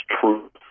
truth